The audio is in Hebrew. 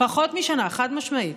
פחות משנה, חד-משמעית.